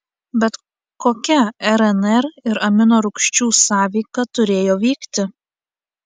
bet kokia rnr ir aminorūgščių sąveika turėjo vykti